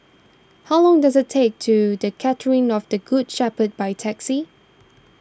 how long does it take to the Cathedral of the Good Shepherd by taxi